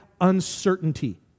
uncertainty